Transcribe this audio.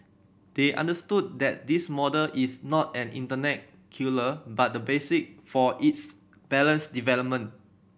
they understood that this model is not an internet killer but the basic for its balanced development